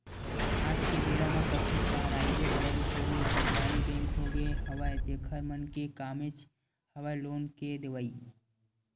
आज के बेरा म कतको पराइवेट बेंक होगे सरकारी बेंक होगे हवय जेखर मन के कामेच हवय लोन के देवई